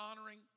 honoring